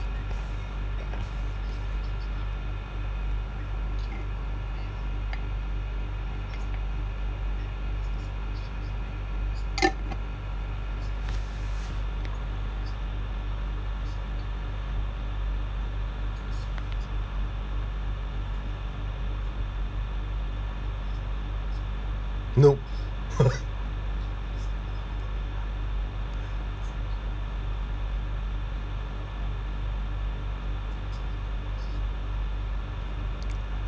nope